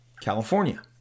California